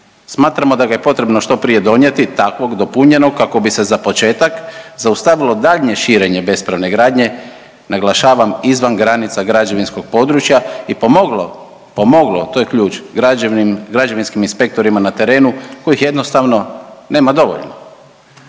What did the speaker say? Smatramo da ga je potrebno što prije donijeti takvog dopunjenog kako bi se za početak zaustavilo daljnje širenje bespravne gradnje naglašavam izvan granica građevinskog područja i pomoglo, pomoglo to je ključ građevinskim inspektorima na terenu kojih jednostavno nema dovoljno.